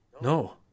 No